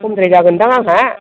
खमद्राय जागोनदां आंहा